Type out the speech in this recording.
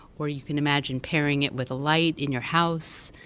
or you can imagine pairing it with a light in your house.